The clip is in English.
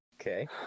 Okay